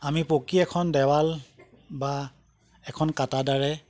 আমি পকী এখন দেৱাল বা এখন কাঁটা তাঁৰে